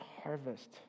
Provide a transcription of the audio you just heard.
harvest